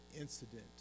incident